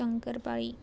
शंकर पाळी